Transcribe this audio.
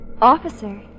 Officer